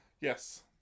Yes